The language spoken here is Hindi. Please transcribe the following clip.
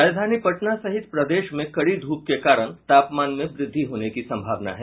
राजधानी पटना सहित प्रदेश में कड़ी धूप के कारण तापमान में वृद्धि होने की संभावना है